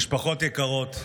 משפחות יקרות,